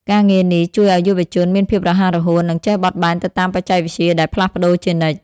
ការងារនេះជួយឱ្យយុវជនមានភាពរហ័សរហួន និងចេះបត់បែនទៅតាមបច្ចេកវិទ្យាដែលផ្លាស់ប្តូរជានិច្ច។